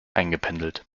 eingependelt